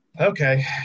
okay